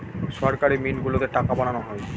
সরকারি মিন্ট গুলোতে টাকা বানানো হয়